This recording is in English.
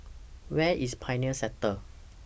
Where IS Pioneer Sector